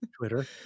twitter